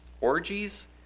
orgies